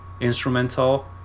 instrumental